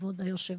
כבוד היושב ראש,